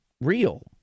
real